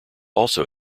also